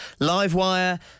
Livewire